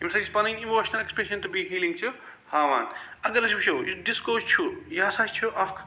اَمہِ سۭتۍ چھِ پنٕنۍ اِموشنل ایٚکٕسپرٛیٚشن تہٕ بیٚیہِ فیٖلِنٛگ چھِ ہاوان اگر أسۍ وُچھو یُس ڈِسکو چھُ یہِ ہسا چھُ اکھ